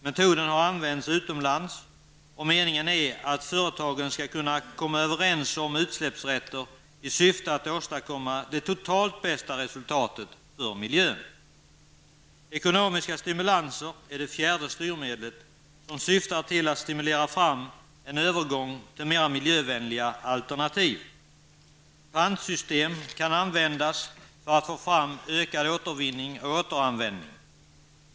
Metoden har använts utomlands och meningen är att företagen skall kunna komma överens om utsläppsrätter i syfte att åstadkomma det totalt bästa resultatet för miljön. Det fjärde styrmedlet är ekonomiska stimulanser, som syftar till att stimulera fram en övergång till mera miljövänliga alternativ. Pantsystem kan användas för att få fram ökad återvinning och återanvändning.